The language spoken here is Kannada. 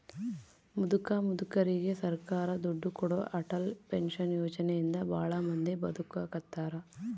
ಮುದುಕ ಮುದುಕೆರಿಗೆ ಸರ್ಕಾರ ದುಡ್ಡು ಕೊಡೋ ಅಟಲ್ ಪೆನ್ಶನ್ ಯೋಜನೆ ಇಂದ ಭಾಳ ಮಂದಿ ಬದುಕಾಕತ್ತಾರ